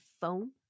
phone